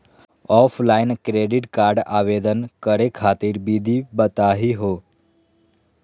Offline credit card आवेदन करे खातिर विधि बताही हो?